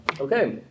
Okay